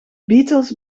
beatles